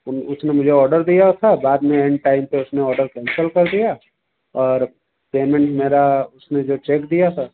उन उसने मुझे ऑर्डर दिया था बाद मे एंड टाइम पर उसने ऑर्डर कैंसिल कर दिया और पेमेंट मेरा उसने जो चेक दिया था